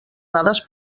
dades